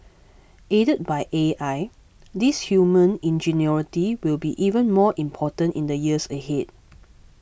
aided by A I this human ingenuity will be even more important in the years ahead